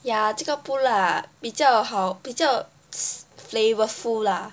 ya 这个不辣比较好比较 flavorful lah